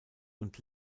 und